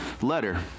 letter